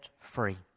free